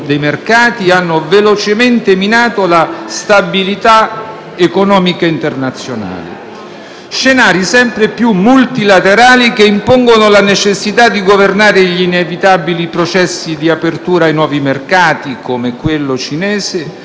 Scenari sempre più multilaterali che impongono la necessità di governare gli inevitabili processi di apertura ai nuovi mercati, come quello cinese, che rappresenta un'occasione imperdibile per le nostre aziende e le nostre economie.